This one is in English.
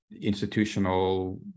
institutional